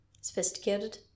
sophisticated